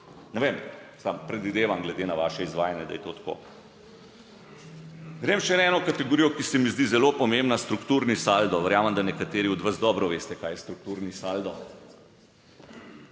Ne vem, samo predvidevam, glede na vaše izvajanje. da je to tako. Grem še na eno kategorijo, ki se mi zdi zelo pomembna, strukturni saldo verjamem, da nekateri od vas dobro veste kaj je strukturni saldo,